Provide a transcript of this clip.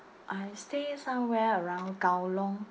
I stay somewhere around kowloon